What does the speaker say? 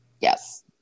yes